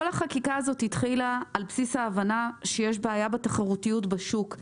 כל החקיקה הזאת התחילה על ביס ההבנה שיש בעיה בתחרותיות בשוק.